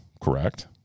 correct